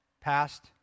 past